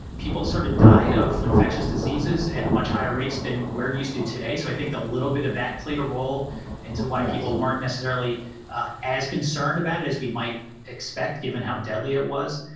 people sort of died of infectious diseases at much higher rates than we're used to today. so i think a little bit of that played a role and why people weren't necessarily as concerned about it as we might expect, given how deadly it was.